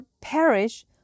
perish